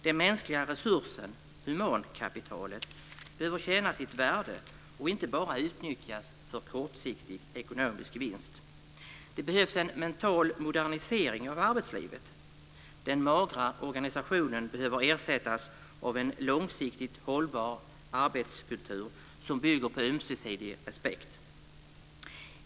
Den mänskliga resursen, humankapitalet, behöver känna sitt värde och inte bara utnyttjas för kortsiktig ekonomisk vinst. Det behövs en mental modernisering av arbetslivet - den magra organisationen behöver ersättas av en långsiktigt hållbar arbetskultur som bygger på ömsesidig respekt.